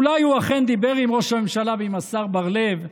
אולי הוא אכן דיבר עם ראש הממשלה ועם השר בר לב,